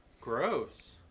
gross